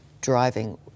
driving